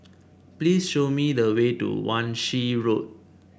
please show me the way to Wan Shih Road